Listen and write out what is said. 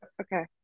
okay